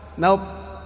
nope.